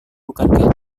bukankah